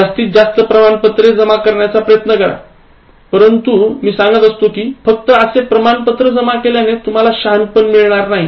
जास्तीत जास्त प्रमाणपत्रे जमा करण्याचा प्रयत्न करा परंतु मी सांगत होतो की फक्त असे प्रमाणपत्र जमा केल्याने तुम्हाला शहाणपण मिळणार नाही